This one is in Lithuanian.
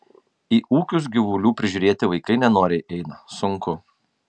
į ūkius gyvulių prižiūrėti vaikai nenoriai eina sunku